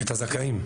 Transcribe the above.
את הזכאים.